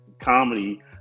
comedy